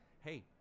hey